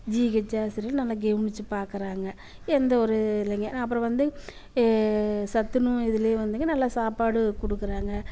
GH ஹாஸ்பத்திரியில் நல்லா கவுனிச்சி பார்க்குறாங்க எந்த ஒரு இல்லைங்க நான் அப்புறம் வந்து சத்துணவு இதுலேயே வந்துங்க நல்லா சாப்பாடு கொடுக்குறாங்க